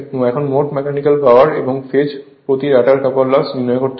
এখন মোট mechanical power এবং ফেজ প্রতি রটার কপার লস নির্ণয় করতে হবে